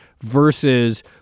versus